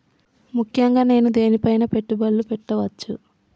ముఖ్యంగా నేను దేని పైనా పెట్టుబడులు పెట్టవచ్చు?